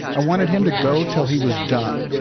i wanted him to go until he was done.